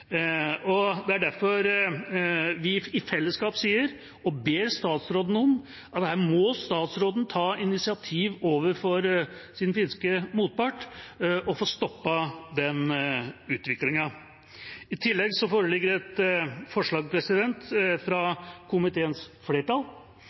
komiteen. Det er derfor vi i fellesskap sier at her må statsråden ta initiativ overfor sin finske motpart og få stoppet den utviklingen. I tillegg foreligger det et forslag fra